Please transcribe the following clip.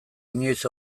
inoiz